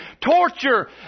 torture